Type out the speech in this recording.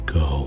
go